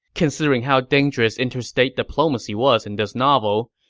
considering how dangerous inter-state diplomacy was in this novel,